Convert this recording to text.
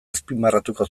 azpimarratuko